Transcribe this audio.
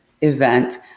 event